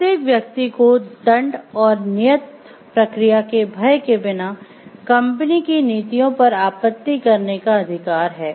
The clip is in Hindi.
प्रत्येक व्यक्ति को दंड और नियत प्रक्रिया के भय के बिना कंपनी की नीतियों पर आपत्ति करने का अधिकार है